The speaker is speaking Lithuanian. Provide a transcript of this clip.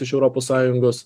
iš europos sąjungos